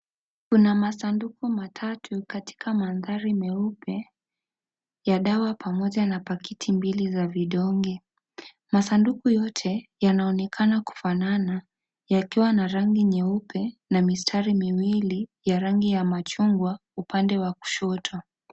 Kuna masanduku matatu katika mandhari meupe ya dawa pamoja na pakiti mbili za vidonge. Masanduku yote yanaonekana kufanana yakiwa na rangi nyeupe na mistari miwili ya rangi ya machungwa upande wa kushoto.